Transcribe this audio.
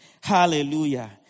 Hallelujah